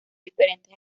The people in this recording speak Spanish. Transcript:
diferentes